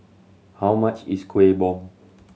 how much is Kuih Bom